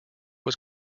was